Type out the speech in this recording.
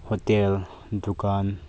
hotel ꯗꯨꯀꯥꯟ